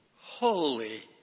holy